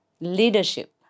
leadership